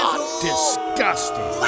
disgusting